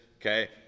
Okay